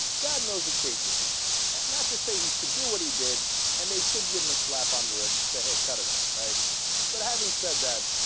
god knows the cases cc not to say he should do what he did and they should give a slap on the wrist and say hey cut it out right but having said that